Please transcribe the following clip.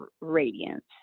Radiance